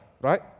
right